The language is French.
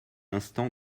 instant